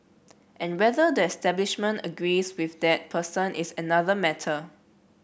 and whether the establishment agrees with that person is another matter